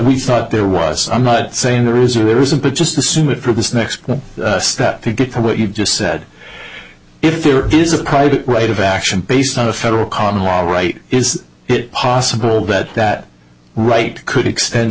we thought there was i'm not saying there is or isn't but just assume it for this next step to get to what you just said if there is a private right of action based on a federal common law all right is it possible that that right could exten